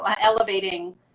elevating